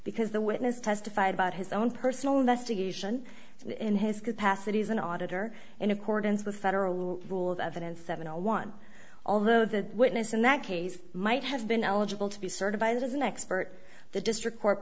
because the witness testified about his own personal investigation in his capacity as an auditor in accordance with federal rules of evidence that no one although the witness in that case might have been eligible to be certified as an expert the district court